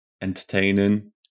entertaining